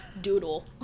doodle